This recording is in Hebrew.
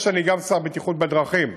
שאני גם שר הבטיחות בדרכים,